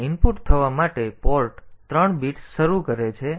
તેથી આ ઇનપુટ થવા માટે પોર્ટ 3 બિટ્સ શરૂ કરે છે